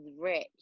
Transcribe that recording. rich